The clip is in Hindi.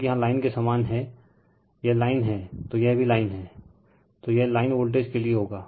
क्योकि यहाँ लाइन के समान हैं यह लाइन हैं तो यह भी लाइन हैं तोयह लाइन वोल्टेज के लिए होगा